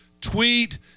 tweet